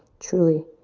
truly.